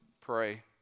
pray